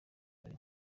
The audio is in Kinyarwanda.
hari